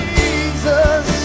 Jesus